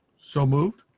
so moved